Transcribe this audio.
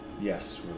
Yes